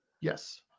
Yes